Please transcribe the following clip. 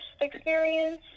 experience